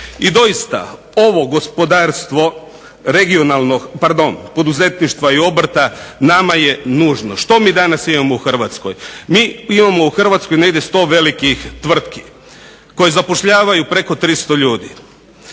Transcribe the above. I doista, ovo gospodarstvo regionalno pardon poduzetništva i obrta nama je nužno. Što mi danas imamo u Hrvatskoj, mi imamo u Hrvatskoj negdje 100 velikih tvrtki koje zapošljavaju preko 300 ljudi.